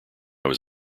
was